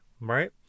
right